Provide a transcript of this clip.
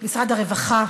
משרד הרווחה,